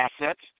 assets